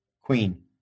Queen